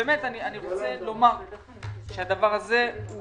הדבר הזה הוא